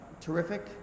terrific